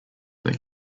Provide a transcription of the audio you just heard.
they